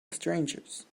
strangers